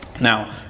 now